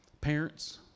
parents